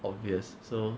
obvious so